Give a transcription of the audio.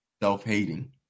self-hating